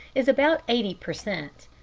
is about eighty per cent.